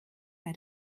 bei